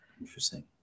interesting